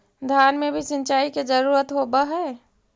धान मे भी सिंचाई के जरूरत होब्हय?